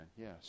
Yes